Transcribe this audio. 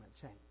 change